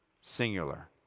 singular